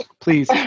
Please